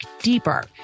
deeper